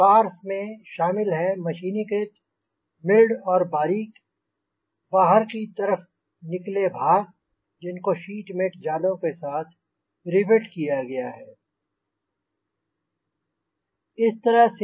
sparse में शामिल हैं मशीनीकृत मिल्ड और बारीक बाहर की तरफ़ निकले भाग जिनको शीटमेटल जालों के साथ रिवेट किया गया है